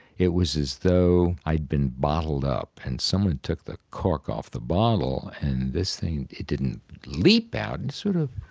it was as though i'd been bottled up and someone took the cork off the bottle, and this thing it didn't leap out it and sort of,